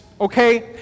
okay